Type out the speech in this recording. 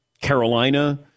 Carolina